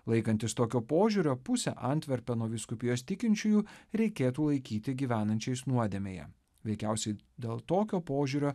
laikantis tokio požiūrio pusė antverpeno vyskupijos tikinčiųjų reikėtų laikyti gyvenančiais nuodėmėje veikiausiai dėl tokio požiūrio